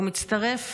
מצטרף